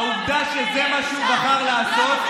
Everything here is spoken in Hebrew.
העובדה שזה מה שהוא בחר לעשות,